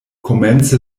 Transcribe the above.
komence